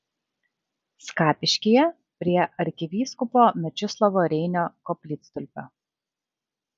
skapiškyje prie arkivyskupo mečislovo reinio koplytstulpio